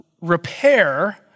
repair